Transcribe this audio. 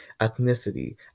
ethnicity